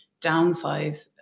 downsize